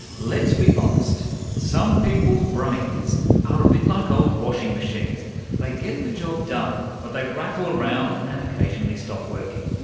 let's be honest some people's brains are a bit like old washing-machines they get the job done, but they rattle around and occasionally stop working.